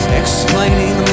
explaining